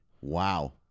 Wow